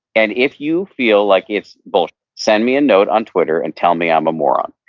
and if you feel like it's bullshit, send me a note on twitter and tell me i'm a moron.